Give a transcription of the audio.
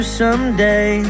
someday